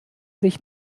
sich